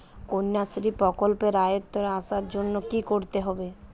কন্যাশ্রী প্রকল্পের আওতায় আসার জন্য কী করতে হবে?